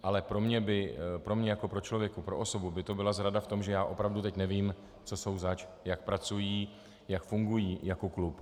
Ale pro mě jako pro člověka, pro osobu, by to byla zrada v tom, že já opravdu teď nevím, co jsou zač, jak pracují, jak fungují jako klub.